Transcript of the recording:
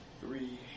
Three